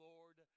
Lord